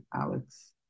Alex